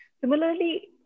similarly